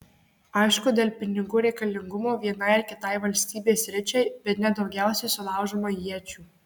aišku dėl pinigų reikalingumo vienai ar kitai valstybės sričiai bene daugiausiai sulaužoma iečių